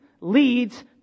leads